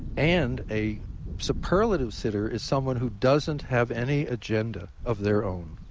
and a superlative sitter is someone who doesn't have any agenda of their own.